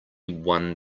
one